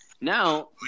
Now